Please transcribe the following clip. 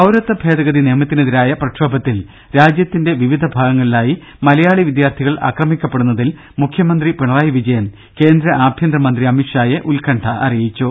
പൌരത്വ ഭേദഗതി നിയമത്തിനെതിരായ പ്രക്ഷോഭത്തിൽ രാജ്യത്തിന്റെ വിവിധ ഭാഗ ങ്ങളിലായി മലയാളി വിദ്യാർഥികൾ അക്രമിക്കപ്പെടുന്നതിൽ മുഖ്യമന്ത്രി പിണ റായി വിജയൻ കേന്ദ്ര ആഭ്യന്തര മന്ത്രി അമിത്ഷായെ ഉത്കണ്ഠ അറിയിച്ചു